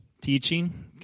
teaching